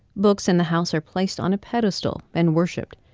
books in the house are placed on a pedestal and worshipped.